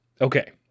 Okay